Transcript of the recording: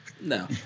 No